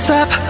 up